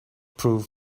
prove